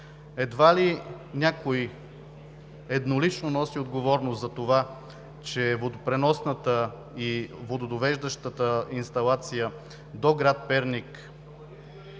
Едва ли някой еднолично носи отговорност, затова че водопреносната и вододовеждащата инсталация до град Перник